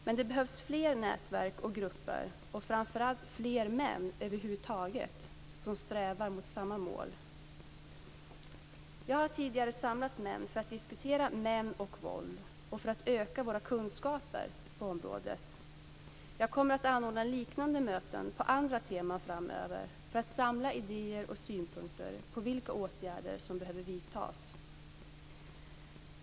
Men det behövs fler nätverk och grupper och framför allt fler män över huvud taget som strävar mot samma mål. Jag har tidigare samlat män för att diskutera män och våld, för att öka våra kunskaper på området. Jag kommer att anordna liknande möten på andra teman framöver för att samla idéer och synpunkter på vilka åtgärder som behöver vidtas.